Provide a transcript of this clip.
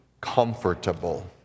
comfortable